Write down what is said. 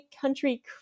Country